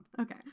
Okay